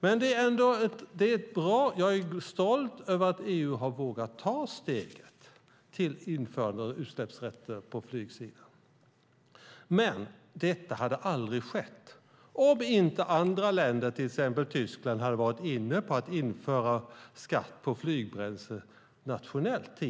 Men jag är ändå stolt över att EU har vågat ta steget till införande av utsläppsrätter på flygsidan. Det hade dock aldrig skett om inte andra länder, till exempel Tyskland, tidigare hade varit inne på att införa skatt på flygbränsle nationellt.